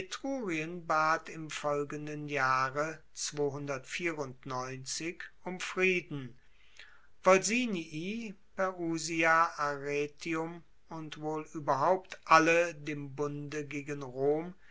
im folgenden jahre um frieden volsinii perusia arretium und wohl ueberhaupt alle dem bunde gegen rom